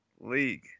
league